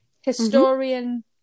historian